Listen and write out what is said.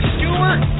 Stewart